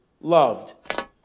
loved